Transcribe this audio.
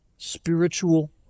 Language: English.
Spiritual